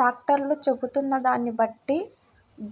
డాక్టర్లు చెబుతున్న దాన్ని బట్టి